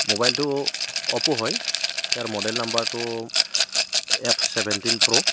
মোবাইলটো অপো হয় ইয়াৰ মডেল নাম্বাৰটো এফ ছেভেন্টিন প্ৰ'